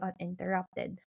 uninterrupted